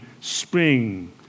spring